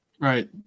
Right